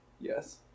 Yes